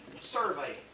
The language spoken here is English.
Survey